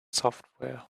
software